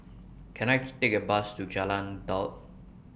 Can I Take A Bus to Jalan Daud